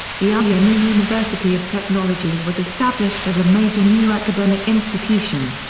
the aryamehr university of technology was established as a major new academic institution.